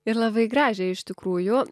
ir labai gražią iš tikrųjų